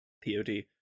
p-o-d